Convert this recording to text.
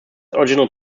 original